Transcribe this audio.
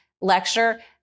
lecture